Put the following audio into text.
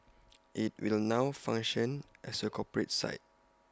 IT will now function as A corporate site